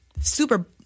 super